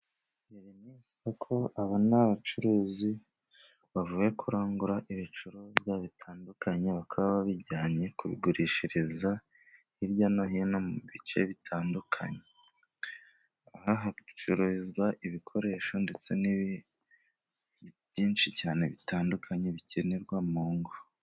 Isoko aba abacuruzi bavuye kurangura ibicuruzwa bitandukanye, bakaba babijyanye kubigurishiriza hirya no hino mu bice bitandukanye, aha hacururizwa ibikoresho ndetse n'bindi byinshi cyane bitandukanye bikenerwa mu ngo.